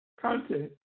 content